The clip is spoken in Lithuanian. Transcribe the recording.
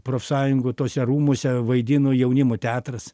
profsąjungų tuose rūmuose vaidino jaunimo teatras